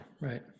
right